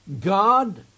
God